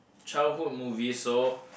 childhood movie so